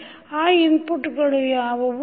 ಆ ಇನ್ಪುಟ್ಗಳು ಯಾವವು